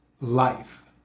life